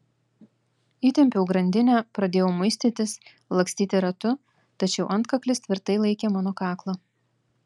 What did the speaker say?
įtempiau grandinę pradėjau muistytis lakstyti ratu tačiau antkaklis tvirtai laikė mano kaklą